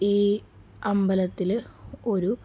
ഈ അമ്പലത്തിൽ ഒരു